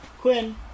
Quinn